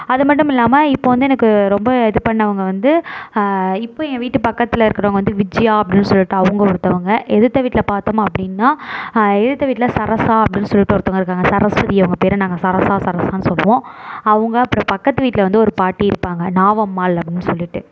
அதுமட்டுமில்லாமல் இப்போது வந்து எனக்கு ரொம்ப இது பண்ணவங்க வந்து இப்போது என் வீட்டு பக்கத்தில் இருக்கிறவங்க வந்து விஜயா அப்படினு சொல்லிட்டு அவங்க ஒருத்தங்க எதுர்த்த வீட்டில் பார்த்தோம் அப்படினா எதுர்த்த வீட்டில் சரசா அப்படினு சொல்லிட்டு ஒருத்தங்க இருக்காங்க சரஸ்வதி அவங்க பேர் சரசா சரசா சொல்வோம் அவங்க அப்புறம் பக்கத்து வீட்டில் வந்து ஒரு பாட்டி இருப்பாங்க நாவம்மாள் அப்படினு சொல்லிட்டு